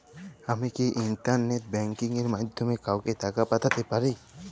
আমি কি internet banking এর মাধ্যমে কাওকে টাকা পাঠাতে পারি?